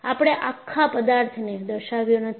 આપણે આખા પદાર્થને દર્શાવ્યો નથી